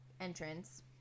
entrance